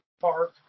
Park